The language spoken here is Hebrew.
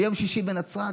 ביום שישי בנצרת,